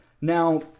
Now